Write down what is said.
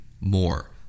more